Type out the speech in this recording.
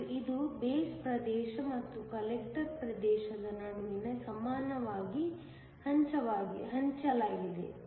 ಮತ್ತು ಇದು ಬೇಸ್ ಪ್ರದೇಶ ಮತ್ತು ಕಲೆಕ್ಟರ್ ಪ್ರದೇಶದ ನಡುವೆ ಸಮಾನವಾಗಿ ಹಂಚಿಕೆಯಾಗಿದೆ